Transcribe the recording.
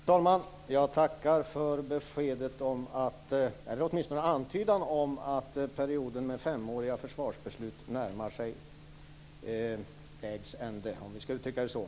Fru talman! Jag tackar för beskedet eller åtminstone antydan om att perioden med femåriga försvarsbeslut närmar sig vägs ände, om vi skall uttrycka det så.